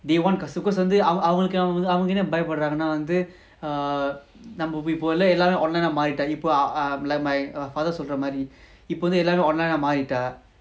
they want வந்து:vandhu err அவங்கவந்துபயப்படறாங்கன்னாவந்து:avanga vandhu bayapadrangana vandhu online மாறிட்டோம்இப்பொ:maritom ipo err like my err father சொல்றமாதிரிஇப்பவந்துமாறிட்டோம்:solra madhiri ipa vandhu maritom